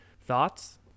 thoughts